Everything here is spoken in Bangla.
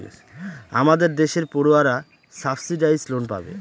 আমাদের দেশের পড়ুয়ারা সাবসিডাইস লোন পাবে